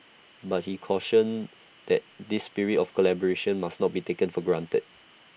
but he cautioned that this spirit of collaboration must not be taken for granted